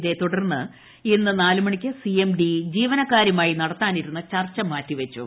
ഇതേ തുടർന്ന് ഇന്ന് നാല് മണിക്ക് സി എം ഡി ജീവനക്കാരുമായി നടത്താനിരുന്ന ചർച്ച മാറ്റിവച്ചു